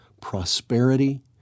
prosperity